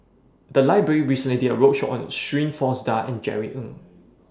The Library recently did A roadshow on Shirin Fozdar and Jerry Ng